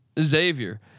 Xavier